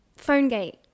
PhoneGate